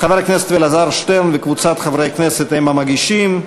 חבר הכנסת אלעזר שטרן וקבוצת חברי כנסת הם המגישים.